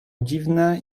dziwne